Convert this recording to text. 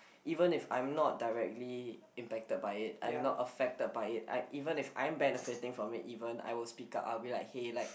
even if I'm not directly impacted by it I'm not affected by it I even if I'm benefitting from it even I will speak up I will be like hey like